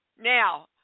Now